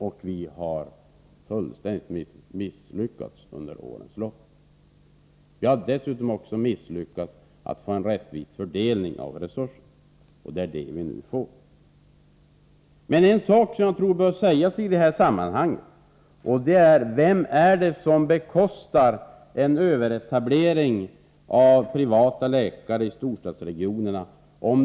Vi har fullständigt misslyckats under årens lopp. Vi har dessutom misslyckats med att få en rättvis fördelning av resurserna. Det är det vi nu får. En sak som jag tycker bör tas upp i det här sammanhanget är frågan om vem som bekostar en överetablering av privata läkare i storstadsregionerna.